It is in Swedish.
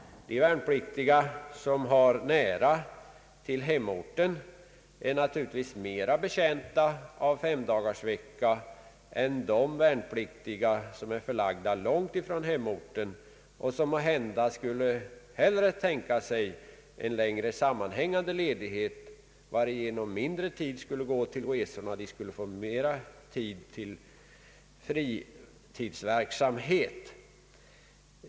De värnpliktiga som har nära till hemorten är naturligtvis mera betjänta av femdagarsvecka än de som är förlagda långt ifrån hemorten och som måhända hellre skulle tänka sig en längre sammanhängande ledighet, varigenom mindre tid skulle gå åt till resor och de skulle få mera effektiv fritid.